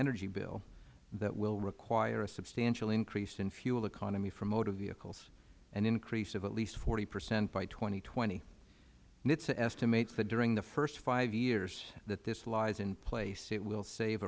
energy bill that will require a substantial increase in fuel economy for motor vehicles an increase of at least forty percent by two thousand and twenty nhtsa estimates that during the first five years that this lies in place it will save